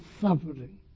suffering